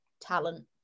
talent